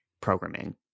programming